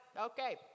okay